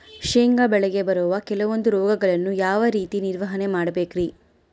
ಶೇಂಗಾ ಬೆಳೆಗೆ ಬರುವ ಕೆಲವೊಂದು ರೋಗಗಳನ್ನು ಯಾವ ರೇತಿ ನಿರ್ವಹಣೆ ಮಾಡಬೇಕ್ರಿ?